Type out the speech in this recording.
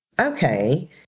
okay